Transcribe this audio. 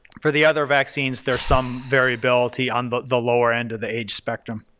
for the other vaccines there's some variability on but the lower end of the age spectrum.